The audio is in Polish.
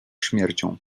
śmiercią